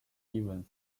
even